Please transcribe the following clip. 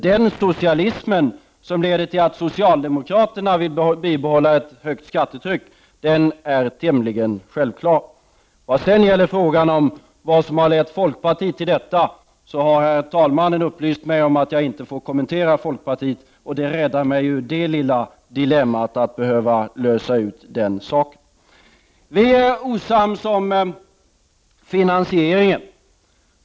Den socialism som leder till att socialdemokraterna vill bibehålla ett högt skattetryck är tämligen självklar. Vad sedan gäller frågan om vad som lett folkpartiet till detta har talmannen upplyst mig om att jag nu inte får kommentera folkpartiet, och det räddar mig ur det lilla dilemmat att behöva reda ut den saken. Vi är osams om finansieringen.